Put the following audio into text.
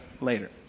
later